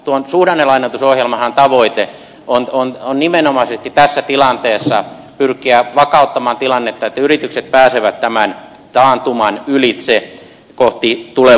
tuon suhdannelainoitusohjelman tavoitehan on nimenomaisesti tässä tilanteessa pyrkiä vakauttamaan tilannetta että yritykset pääsevät tämän taantuman ylitse kohti tulevaa nousua